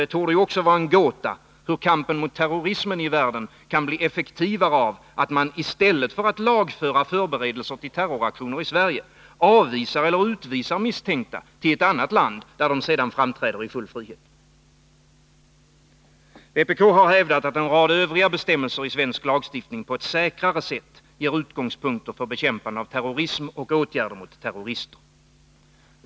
Det torde också vara en gåta hur kampen mot terrorismen i världen kan bli effektivare av att man — i stället för att lagföra förberedelser till terroraktioner i Sverige — avvisar eller utvisar misstänkta till ett annat land, där de sedan framträder i full frihet. Vpk har hävdat att en rad övriga bestämmelser i svensk lagstiftning på ett säkrare sätt ger utgångspunkter för bekämpande av terrorism och åtgärder mot terrorister.